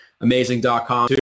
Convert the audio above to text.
Amazing.com